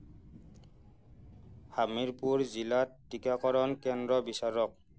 হামিৰপুৰ জিলাত টীকাকৰণ কেন্দ্ৰ বিচাৰক